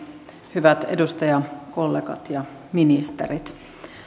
hyvät edustajakollegat ja ministerit